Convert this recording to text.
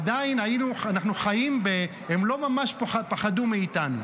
עדיין אנחנו חיים, הם לא ממש פחדו מאיתנו.